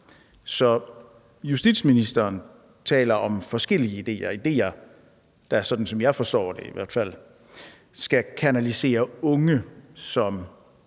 Så justitsministeren taler om forskellige idéer, der, i hvert fald som jeg forstår det, skal kanalisere unge, som